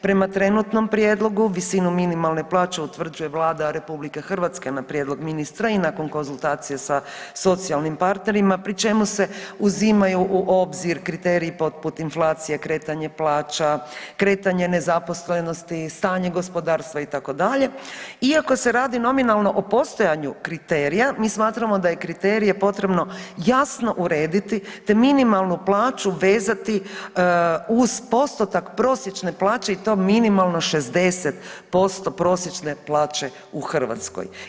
Prema trenutnom prijedlogu, visina minimalne plaće utvrđuje Vlada RH na prijedlog ministra i nakon konzultacija sa socijalnim partnerima, pri čemu se uzimaju u obzir kriteriji poput inflacije, kretanje plaća, kretanje nezaposlenosti, stanje gospodarstva, itd., iako se radi nominalno o postojanju kriterija, mi smatramo da je kriterije potrebno jasno urediti te minimalnu plaću vezati uz postotak prosječne plaće i to minimalno 60% prosječne plaće u Hrvatskoj.